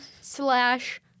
slash